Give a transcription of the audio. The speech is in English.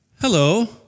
Hello